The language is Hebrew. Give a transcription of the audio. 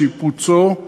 שיפוצו,